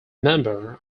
member